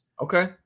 Okay